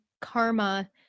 karma